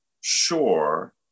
sure